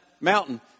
mountain